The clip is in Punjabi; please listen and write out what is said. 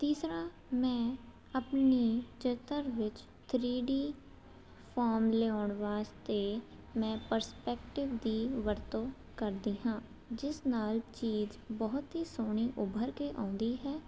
ਤੀਸਰਾ ਮੈਂ ਆਪਣੀ ਚਿੱਤਰ ਵਿੱਚ ਥਰੀ ਡੀ ਫੋਰਮ ਲਿਆਉਣ ਵਾਸਤੇ ਮੈਂ ਪਰਸਪੈਕਟਿਵ ਦੀ ਵਰਤੋਂ ਕਰਦੀ ਹਾਂ ਜਿਸ ਨਾਲ ਚੀਜ਼ ਬਹੁਤ ਹੀ ਸੋਹਣੀ ਉਭਰ ਕੇ ਆਉਂਦੀ ਹੈ